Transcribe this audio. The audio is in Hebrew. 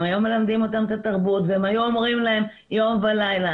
הם היו מלמדים אותם את התרבות והם היו אומרים להם יום ולילה,